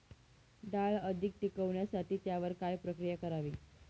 डाळ अधिक टिकवण्यासाठी त्यावर काय प्रक्रिया करावी?